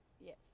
Yes